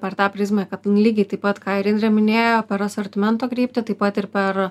per tą prizmę kad lygiai taip pat ką ir indrė minėjo per asortimento kryptį taip pat ir per